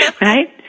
Right